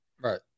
right